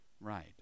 Right